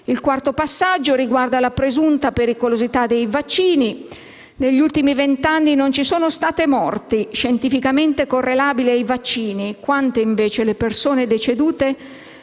Il quarto passaggio riguarda la presunta pericolosità dei vaccini. Negli ultimi vent'anni non ci sono state morti scientificamente correlabili ai vaccini. Quante, invece, le persone decedute